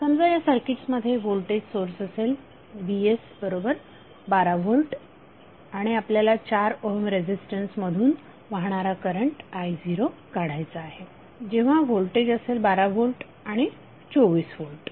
समजा या सर्किट्स मध्ये व्होल्टेज सोर्स असेल vs12V आणि आपल्याला 4 ओहम रेझीस्टन्स मधून वाहणारा करंट I0 काढायचा आहे जेव्हा व्होल्टेज असेल 12 व्होल्ट आणि 24 व्होल्ट